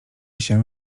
się